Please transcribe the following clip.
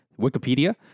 Wikipedia